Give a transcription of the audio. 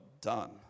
done